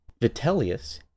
Vitellius